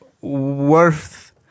worth